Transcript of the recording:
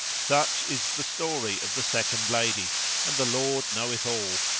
such is the story of the second lady and the lord knoweth all.